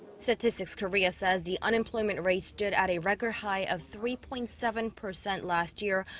statistics korea says the unemployment rate stood at a record-high of three point seven percent last year.